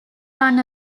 run